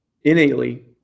innately